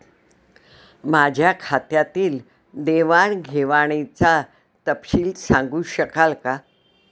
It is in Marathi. माझ्या खात्यातील देवाणघेवाणीचा तपशील सांगू शकाल काय?